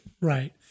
Right